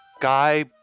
Guy